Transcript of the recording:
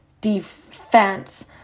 defense